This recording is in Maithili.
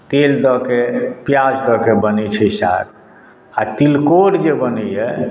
तेल दऽ कऽ प्याज दऽ कऽ बनैत छै साग आ तिलकोर जे बनैए